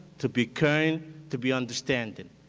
to be kind, to be understanding.